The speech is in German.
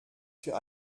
für